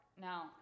now